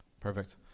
Perfect